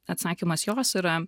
atsakymas jos yra